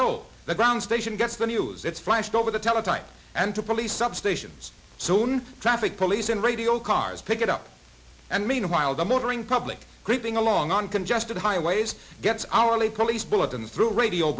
so the ground station gets the news it flashed over the teletype and to police substations sones traffic police and radio cars pick it up and meanwhile the motoring public creeping along on congested highways gets hourly police bulletins through radio